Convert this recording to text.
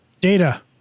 Data